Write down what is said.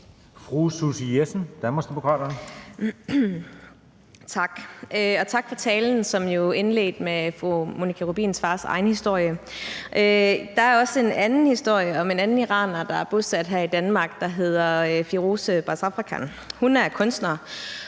Susie Jessen (DD): Tak, og tak for talen, som jo blev indledt med fru Monika Rubins fars egen historie. Der er også en anden historie om en anden iraner, der er bosat her i Danmark, der hedder Firoozeh Bazrafkan. Hun er kunstner,